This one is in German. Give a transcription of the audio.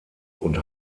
und